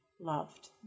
loved